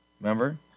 Remember